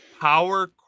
power